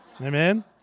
Amen